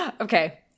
Okay